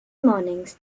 mornings